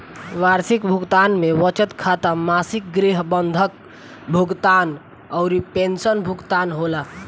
वार्षिकी भुगतान में बचत खाता, मासिक गृह बंधक भुगतान अउरी पेंशन भुगतान होला